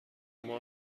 شما